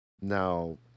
now